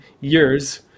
years